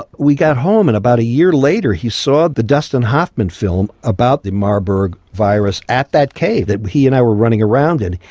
we got home, and about a year later he saw the dustin hoffman film about the marburg virus at that cave that he and i were running around in.